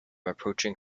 approaching